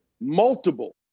multiple